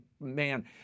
man